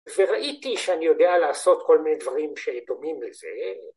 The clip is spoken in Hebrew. ‫וראיתי שאני יודע לעשות ‫כל מיני דברים שדומים לזה.